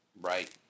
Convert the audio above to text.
Right